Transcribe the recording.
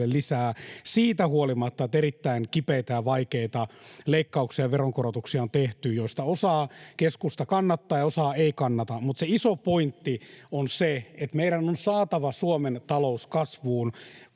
lisää siitä huolimatta, että erittäin kipeitä ja vaikeita leikkauksia ja veronkorotuksia on tehty, joista osaa keskusta kannattaa ja osaa ei kannata, mutta se iso pointti on se, että meidän on saatava Suomen talous kasvuun